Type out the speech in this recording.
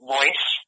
Voice